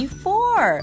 four